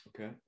Okay